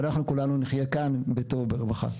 ואנחנו כולנו נחייה כאן בטוב וברווחה.